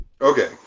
Okay